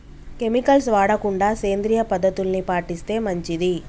chemicals వాడకుండా సేంద్రియ పద్ధతుల్ని పాటిస్తే మంచిది